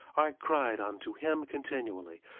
i cried unto him continually,